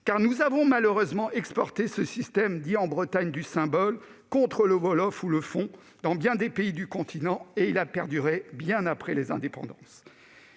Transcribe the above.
car nous avons malheureusement exporté ce système- dit en Bretagne du « symbole » -contre le wolof ou le fon dans bien des pays du continent, et il a perduré bien après les indépendances.